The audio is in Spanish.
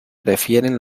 prefieren